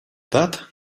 that